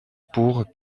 pour